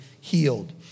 healed